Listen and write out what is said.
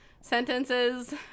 Sentences